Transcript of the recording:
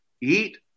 eat